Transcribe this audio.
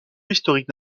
historique